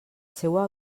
seua